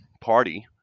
party